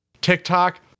TikTok